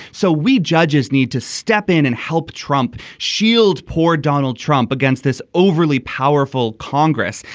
so we judges need to step in and help trump shield poor donald trump against this overly powerful congress.